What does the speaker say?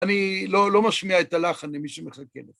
אני לא לא משמיע את הלחן, למי שמחכה